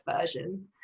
version